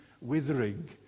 withering